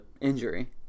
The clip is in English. injury